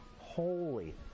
holy